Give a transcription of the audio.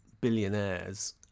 billionaires